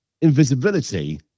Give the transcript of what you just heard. invisibility